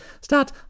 start